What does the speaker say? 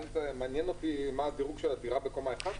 מעניין אותי מה הדירוג של הדירה בקומה 1?